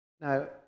Now